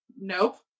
nope